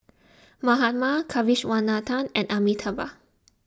Mahatma Kasiviswanathan and Amitabh